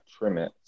Trimit